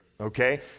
Okay